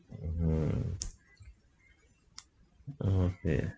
mmhmm mm okay